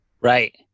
right